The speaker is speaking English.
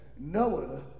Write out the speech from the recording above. Noah